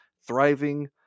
thriving